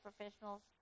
professionals